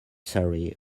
sorry